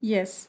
Yes